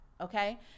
okay